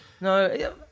No